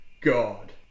god